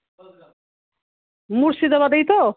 মুর্শিদাবাদেই তো